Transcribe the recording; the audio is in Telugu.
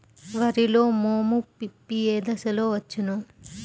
వరిలో మోము పిప్పి ఏ దశలో వచ్చును?